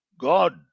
God